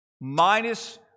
minus